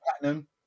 Platinum